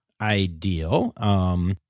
ideal